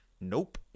nope